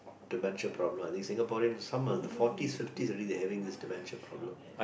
dementia problem I think Singaporeans some of them forties fifties they already having this dementia problem